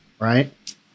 right